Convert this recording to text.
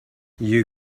you